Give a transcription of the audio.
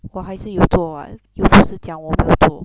我还是有做 [what] 又不是讲我没有做